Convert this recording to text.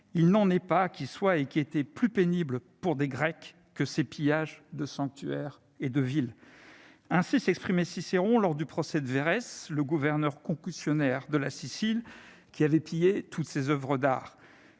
il n'en est pas qui soient et qui aient été plus pénibles pour des Grecs que ces pillages de sanctuaires et de villes ». Ainsi s'exprimait Cicéron lors du procès de Verrès, le gouverneur concussionnaire de la Sicile, qui avait pillé toutes ses oeuvres d'art.